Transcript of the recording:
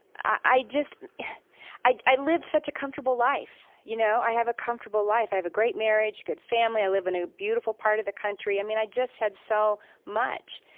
i just i i lived such a comfortable life, you know? i have a comfortable life. i have a great marriage, good family. i live in a beautiful part of the country. i mean, i just had so much.